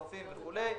רופאים וכולי.